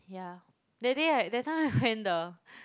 ya that day I that time I went the